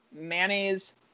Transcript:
mayonnaise